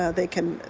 ah they can,